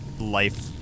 life